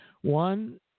One